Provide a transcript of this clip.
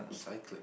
cycling